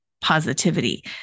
positivity